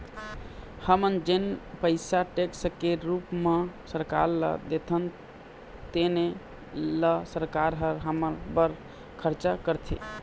हमन जेन पइसा टेक्स के रूप म सरकार ल देथन तेने ल सरकार ह हमर बर खरचा करथे